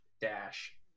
dash